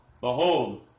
Behold